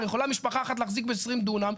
יכולה משפחה אחת להחזיק ב-20 דונם,